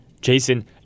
Jason